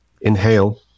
inhale